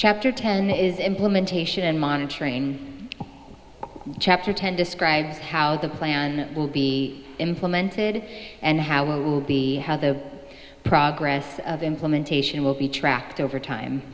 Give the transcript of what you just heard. chapter ten is implementation monitoring chapter ten describes how the plan will be implemented and how it will be how the progress of implementation will be tracked over time